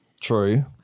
True